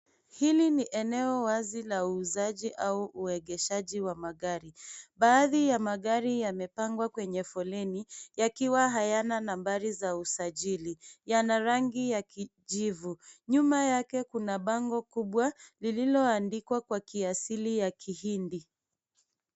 Hili ni eneo wazi la uuzaji au uegezaji wa magari. Baadhi ya magari yamepangwa kwenye foleni, yakiwa hayana nambari za usajili. Yana rangi ya kijivu. Nyuma yake kuna bango kubwa, lililoandikwa kwa kiasili ya kihindi.